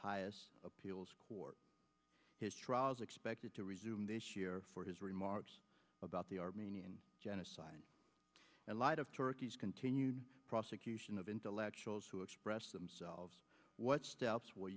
highest appeals court his trials expected to resume this year for his remarks about the armenian genocide and light of turkey's continued prosecution of intellectuals who express themselves what steps w